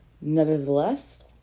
Nevertheless